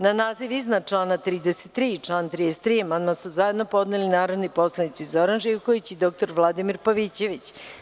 Na naziv iznadčlana 33. i član 33. amandman su zajedno podneli narodni poslanici Zoran Živković i dr Vladimir Pavićević.